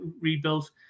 rebuilt